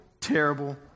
terrible